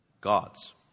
God's